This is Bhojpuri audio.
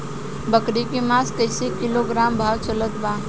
बकरी के मांस कईसे किलोग्राम भाव चलत बा?